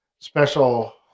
special